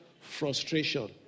frustration